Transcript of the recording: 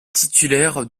titulaire